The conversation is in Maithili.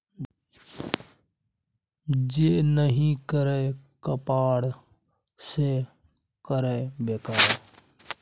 जे नहि करय कपाड़ से करय बेपार